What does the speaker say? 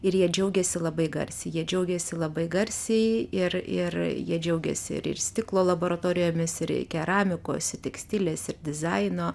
ir jie džiaugiasi labai garsiai jie džiaugiasi labai garsiai ir ir jie džiaugiasi ir stiklo laboratorijomis ir keramikos tekstilės ir dizaino